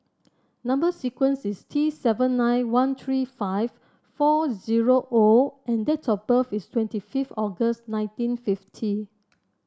number sequence is T seven nine one three five four zero O and date of birth is twenty fifth August nineteen fifty